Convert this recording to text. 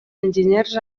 enginyers